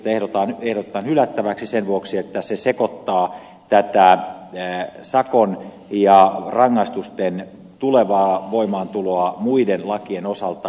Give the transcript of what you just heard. lakiesitystä ehdotetaan hylättäväksi sen vuoksi että se sekoittaa sakon ja rangaistusten tulevaa voimaantuloa muiden lakien osalta